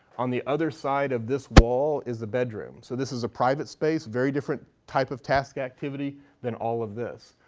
on the other side of this wall is a bedroom. so this is a private space, very different type of task activity than all of this.